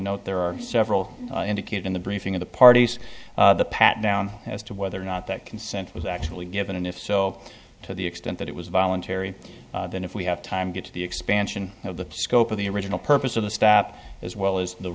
know there are several indicated in the briefing of the parties the pat down as to whether or not that consent was actually given and if so to the extent that it was voluntary then if we have time to get to the expansion of the scope of the original purpose of the stop as well as the